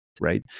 Right